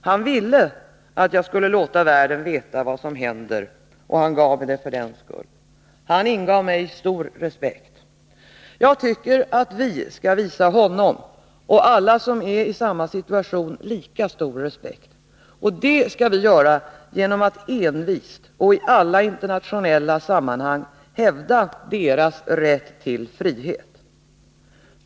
Han ville att jag skulle låta världen veta vad som händer, och han gav mig brevet för den skull. Han ingav mig stor respekt. Jag tycker att vi skall visa honom och alla som är i samma situation lika stor respekt, och det skall vi göra genom att envist och i alla internationella sammanhang hävda deras rätt till frihet.